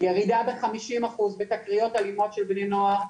ירידה בחמישים אחוז בתקריות אלימות של בני נוער,